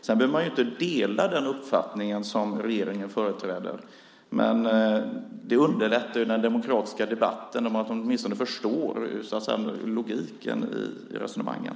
Man behöver inte dela den uppfattning som regeringen företräder, men det underlättar den demokratiska debatten om man åtminstone förstår logiken i resonemangen.